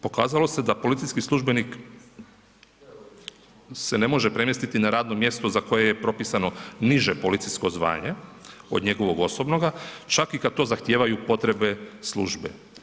Pokazalo se da policijski službenik se ne može premjestiti na radno mjesto za koje je propisano niže policijsko zvanje od njegovoga osobnoga čak i kad to zahtijevaju potrebe službe.